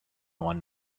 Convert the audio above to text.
one